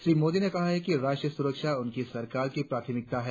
श्री मोदी ने कहा कि राष्ट्रीय सुरक्षा उनकी सरकार की प्राथमिकता है